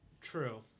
True